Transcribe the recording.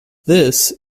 this